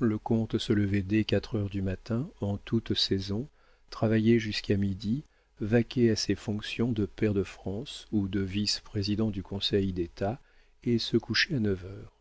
le comte se levait dès quatre heures du matin en toute saison travaillait jusqu'à midi vaquait à ses fonctions de pair de france ou de vice-président du conseil d'état et se couchait à neuf heures